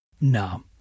No